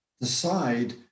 decide